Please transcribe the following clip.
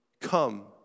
come